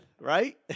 right